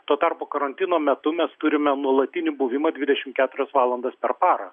tuo tarpu karantino metu mes turime nuolatinį buvimą dvidešim keturias valandas per parą